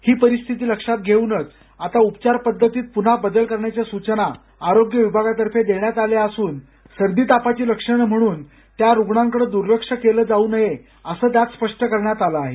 ही परिस्थिती लक्षात घेऊनच आता उपचार पद्धतीत बदल करण्याच्या सूचना आरोग्य विभागातर्फे देण्यात आल्या असून सर्दी तापाची लक्षणं म्हणून त्या रुग्णांकडं दुर्लक्ष केलं जाऊ नये असं स्पष्ट करण्यात आलं आहे